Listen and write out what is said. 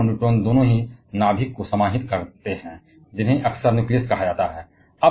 और प्रोटॉन और न्यूट्रॉन दोनों ही नाभिक को समाहित करते हैं जिन्हें अक्सर न्यूक्लियस कहा जाता है